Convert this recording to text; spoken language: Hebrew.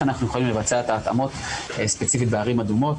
אנחנו יכולים לבצע את ההתאמות ספציפית בערים אדומות.